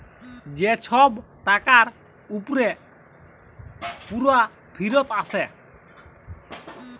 যে ছব টাকার উপরে পুরা ফিরত আসে